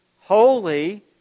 holy